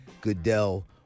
Goodell